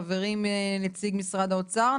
חברים נציג משרד האוצר,